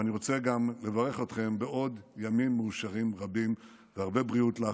ואני רוצה גם לברך אתכם בעוד ימים מאושרים רבים והרבה בריאות לך,